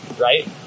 right